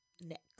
Next